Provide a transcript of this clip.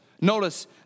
Notice